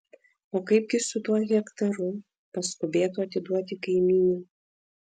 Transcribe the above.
o kaipgi su tuo hektaru paskubėtu atiduoti kaimynei